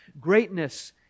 Greatness